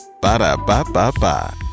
Ba-da-ba-ba-ba